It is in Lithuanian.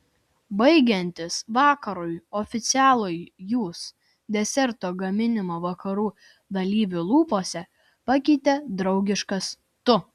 baigiantis vakarui oficialųjį jūs deserto gaminimo vakarų dalyvių lūpose pakeitė draugiškas tu